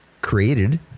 created